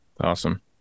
Awesome